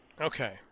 Okay